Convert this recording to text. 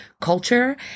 culture